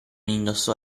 indossò